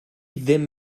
ddim